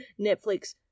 Netflix